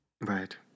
Right